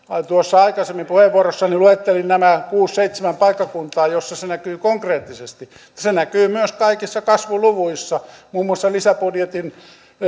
aikaisemmin puheenvuorossani luettelin nämä kuusi viiva seitsemän paikkakuntaa joilla se näkyy konkreettisesti mutta se näkyy myös kaikissa kasvuluvuissa muun muassa lisäbudjetin